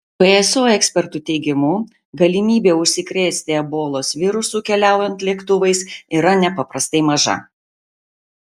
pso ekspertų teigimu galimybė užsikrėsti ebolos virusu keliaujant lėktuvais yra nepaprastai maža